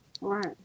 Right